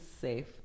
safe